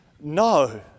no